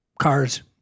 cars